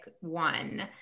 one